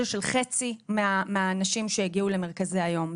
של חצי מהאנשים שהגיעו למרכזי היום.